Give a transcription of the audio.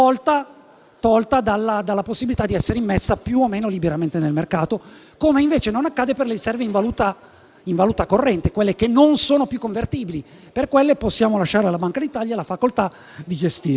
essere la possibilità di immetterla più o meno liberamente nel mercato, come invece accade per le riserve in valuta corrente, quelle che non sono più convertibili: per quelle possiamo lasciare alla Banca d'Italia la facoltà di gestirle.